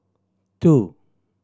two